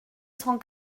cent